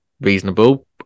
reasonable